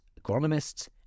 agronomists